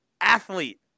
athlete